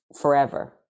forever